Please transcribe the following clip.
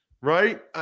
right